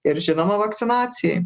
ir žinoma vakcinacijai